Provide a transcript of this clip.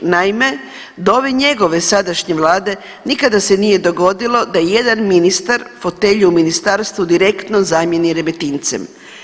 Naime, do ove njegove sadašnje Vlade, nikada se nije dogodilo da jedan ministar fotelju u ministarstvu direktno zamjeni Remetincem.